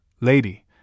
lady